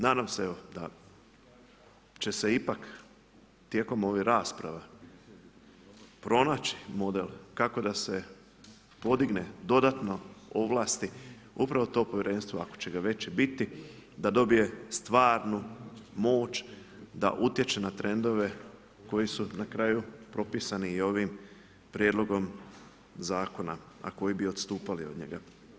Nadam se evo da će se ipak tijekom ovih rasprava pronaći model kako da se podigne dodatno ovlasti upravo to povjerenstvo ako će ga već biti da dobije stvarnu moć da utječe na trendove koji su na kraju propisani i ovim prijedlogom zakona a koji bi odstupali od njega.